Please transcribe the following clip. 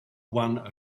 one